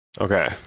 Okay